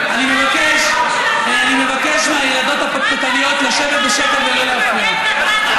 אני מבקש מהילדות הפטפטניות לשבת בשקט ולא להפריע.